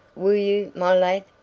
will you, my lad?